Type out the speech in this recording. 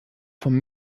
vom